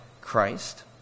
Christ